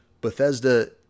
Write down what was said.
bethesda